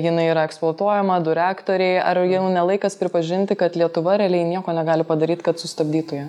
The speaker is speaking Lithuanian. jinai yra eksploatuojama du reaktoriai ar jau ne laikas pripažinti kad lietuva realiai nieko negali padaryt kad sustabdytų ją